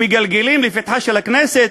שמגלגלים לפתחה של הכנסת,